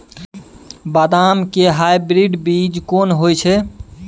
बदाम के हाइब्रिड बीज कोन होय है?